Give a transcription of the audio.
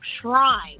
shrine